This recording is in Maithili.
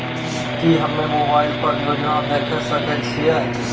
की हम्मे मोबाइल पर योजना देखय सकय छियै?